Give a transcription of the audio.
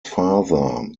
father